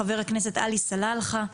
ח"כ עלי סלאלחה,